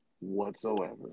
whatsoever